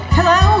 Hello